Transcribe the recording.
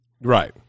Right